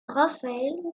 raphaël